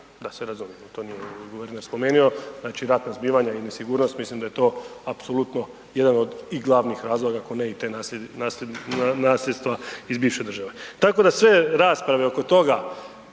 da se razumijemo, to nije guverner spomenuo, znači ratna zbivanja i nesigurnost mislim da je to apsolutno jedan od i glavnih razloga ako ne i te nasljedstva iz bivše države, tako da sve rasprave oko toga